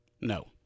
No